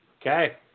Okay